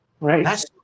Right